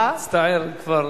אני מצטער, כבר